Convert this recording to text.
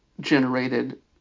generated